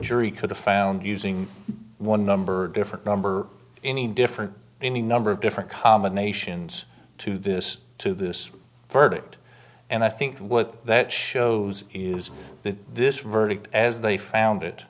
jury could have found using one number different number any different any number of different combinations to this to this verdict and i think what that shows is that this verdict as they found it